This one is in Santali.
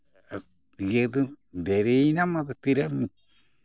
ᱤᱭᱟᱹ ᱫᱚ ᱫᱮᱨᱤᱭᱮᱱᱟᱢ ᱟᱫᱚ ᱛᱤᱨᱮᱢ